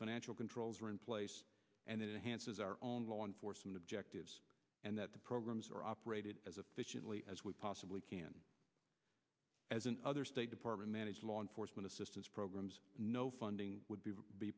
financial controls are in place and enhanced as our own law enforcement objectives and that the programs are operated as efficiently as we possibly can as an other state department managed law enforcement assistance programs no funding would be